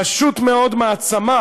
פשוט מאוד מעצמה,